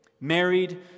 married